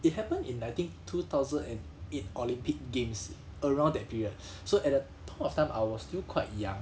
it happened in I think two thousand and eight olympic games around that period so at the point of time I was still quite young